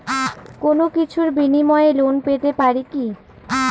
কোনো কিছুর বিনিময়ে লোন পেতে পারি কি?